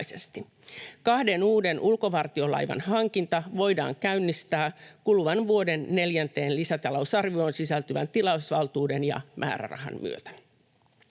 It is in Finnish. Kahden uuden ulkovartiolaivan hankinta voidaan käynnistää kuluvan vuoden neljänteen lisätalousarvioon sisältyvän tilausvaltuuden ja määrärahan myötä.